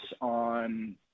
on